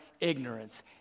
ignorance